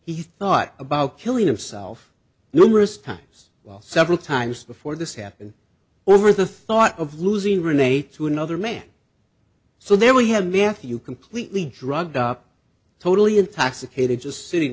he thought about killing himself numerous times while several times before this happened over the thought of losing renee to another man so there we have matthew completely drugged up totally intoxicated just sitting